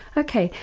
ok,